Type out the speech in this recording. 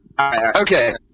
Okay